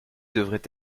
devrait